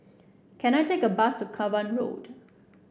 can I take a bus to Cavan Road